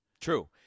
true